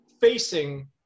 facing